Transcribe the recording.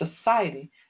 society